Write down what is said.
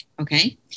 Okay